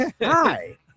Hi